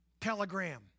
telegram